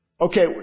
Okay